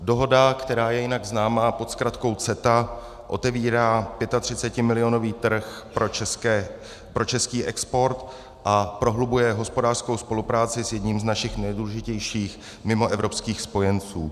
Dohoda, která je jinak známa pod zkratkou CETA, otevírá 35milionový trh pro český export a prohlubuje hospodářskou spolupráci s jedním z našich nejdůležitějších mimoevropských spojenců.